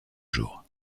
jours